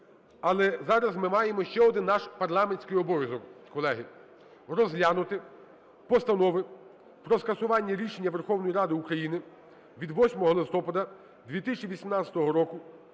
Але зараз ми маємо ще один наш парламентський обов'язок, колеги, розглянути постанови про скасування рішення Верховної Ради України від 08 листопада 2018 року